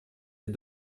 les